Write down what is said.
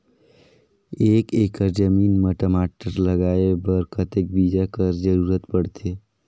एक एकड़ जमीन म टमाटर लगाय बर कतेक बीजा कर जरूरत पड़थे?